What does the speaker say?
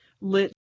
lit